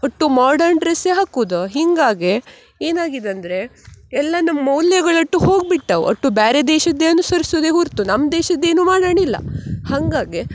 ಒಟ್ಟು ಮಾರ್ಡನ್ ಡ್ರೆಸ್ಸೇ ಹಾಕುದು ಹಿಂಗಾಗಿ ಏನಾಗಿದಂದರೆ ಎಲ್ಲ ನಮ್ಮ ಮೌಲ್ಯಗಳಷ್ಟು ಹೋಗಿ ಬಿಟ್ಟವೆ ಅಷ್ಟು ಬೇರೆ ದೇಶದ್ದೇ ಅನುಸರಿಸುದೆ ಹೊರತು ನಮ್ಮ ದೇಶದ್ದೇನೂ ಮಾಡಾಣಿಲ್ಲ ಹಂಗಾಗಿ